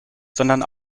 sondern